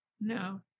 No